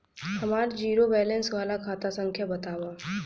हमार zero balance वाला खाता संख्या वतावा?